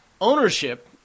ownership